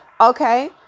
okay